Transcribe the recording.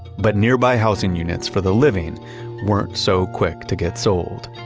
but nearby housing units for the living weren't so quick to get sold.